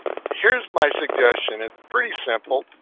here's my suggestion. it's pretty simple.